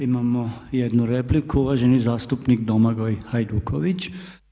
Imamo jednu repliku, uvaženi zastupnik Domagoj Hajduković.